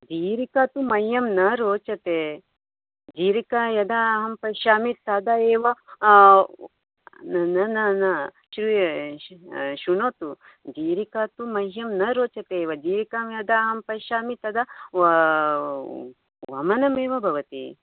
जीरिका तु मह्यं न रोचते जीरिका यदा अहं पश्यामि तदा एव न न न श्रूय शृणोतु जीरिका तु मह्यं न रोचते जीरिका यदा अहं पश्यामि तदा वा वमनमेव भवति